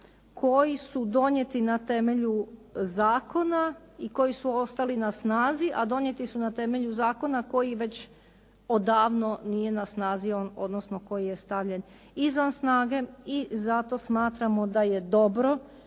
koji su donijeti na temelju zakona i koji su ostali na snazi, a donijeti su na temelju zakona koji već odavno nije na snazi, odnosno koji je stavljen izvan snage. I zato smatramo da je dobro